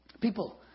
People